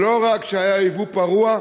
שלא רק שהיה ייבוא פרוע,